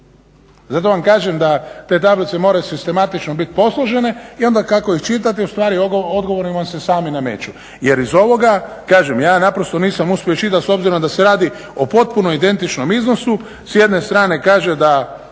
Zato vam kažem da te tablice moraju sistematično biti posložene i onda kako ih čitate odgovori vam se sami nameću jer i ovoga ja nisam uspio iščitati s obzirom da se radi o potpuno identičnom iznosu. S jedne strane kaže da